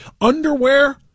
underwear